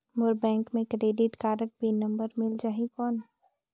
मोर bank मे credit card pin number मिल जाहि कौन?